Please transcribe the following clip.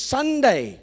Sunday